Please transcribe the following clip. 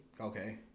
Okay